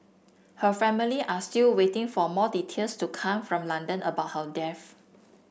her family are still waiting for more details to come from London about how death